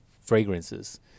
Fragrances